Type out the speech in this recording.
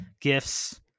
gifts